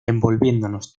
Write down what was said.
envolviéndonos